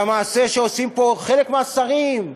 המעשה שעושים פה חלק מהשרים,